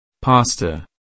Pasta